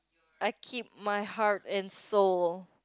I keep my heart and soul